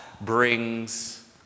brings